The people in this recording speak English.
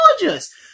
gorgeous